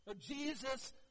Jesus